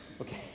okay